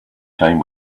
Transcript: time